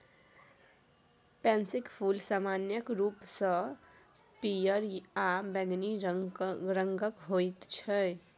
पैंसीक फूल समान्य रूपसँ पियर आ बैंगनी रंगक होइत छै